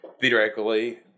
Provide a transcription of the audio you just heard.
theoretically